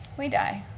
we die.